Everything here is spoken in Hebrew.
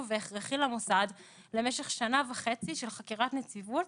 והכרחי למוסד למשך שנה וחצי של חקירת נציבות